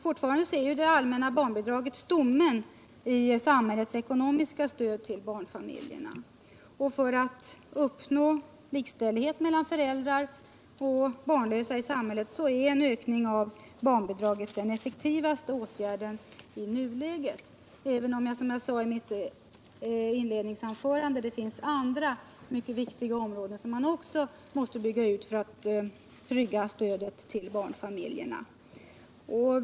Fortfarande är det allmänna barnbidraget stommen i samhällets ekonomiska stöd till barnfamiljerna. För att uppnå likställighet i samhället mellan föräldrar och barnlösa är en ökning av barnbidraget den effektivaste åtgärden i nuläget, även om det, som jag sade i mitt inledningsanförande, också finns andra mycket viktiga områden som man måste bygga ut för att trygga stödet till barnfamiljerna.